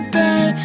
day